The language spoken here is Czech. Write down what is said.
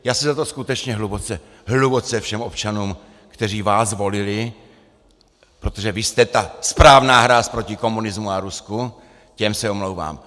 Já se za to skutečně hluboce, hluboce všem občanům, kteří vás volili, protože vy jste ta správná hráz proti komunismu a Rusku, těm se omlouvám.